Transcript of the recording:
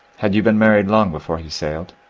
had you been married long before he sailed?